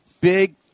big